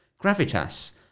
Gravitas